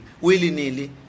willy-nilly